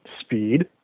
speed